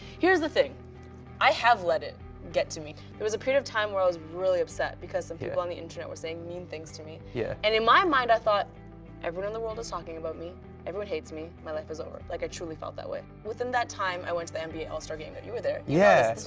here's the thing i have let it get to me. there was a period of time where i was really upset because some people on the internet were saying mean things to me. yeah. and in my mind i thought everyone in the world is talking about me everyone hates me my life is over. like, i truly felt that way. within that time, i went to the nba all star game. you were there. yeah!